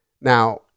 Now